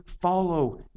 follow